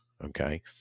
Okay